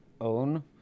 own